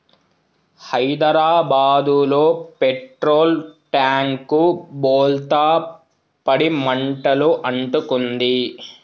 హైదరాబాదులో petrol tank బోల్తా పడి మంటలు అంటుకుంది